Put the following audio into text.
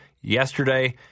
yesterday